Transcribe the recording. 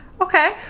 Okay